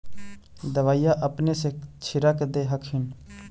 दबइया अपने से छीरक दे हखिन?